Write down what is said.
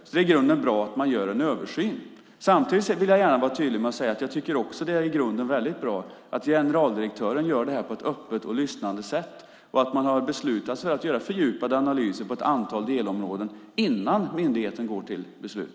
Det är i grunden bra att man gör en översyn. Samtidigt vill jag gärna vara tydlig med att säga att jag också tycker att det i grunden är väldigt bra att generaldirektören gör det här på ett öppet och lyssnande sätt och att man har beslutat sig för att göra fördjupade analyser på ett antal delområden innan myndigheten går till beslut.